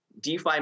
DeFi